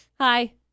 Hi